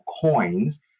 coins